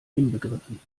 inbegriffen